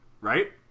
right